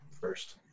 first